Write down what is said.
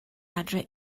adre